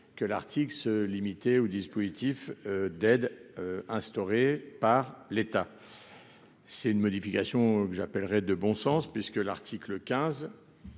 que l'Arctique se limiter aux dispositifs d'aide par l'État, c'est une modification que j'appellerais de bon sens, puisque l'article 15